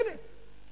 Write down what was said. הנה.